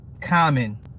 Common